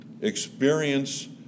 experience